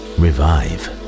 revive